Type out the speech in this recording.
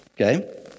okay